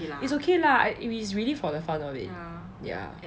it's okay lah it's really for the fun only ya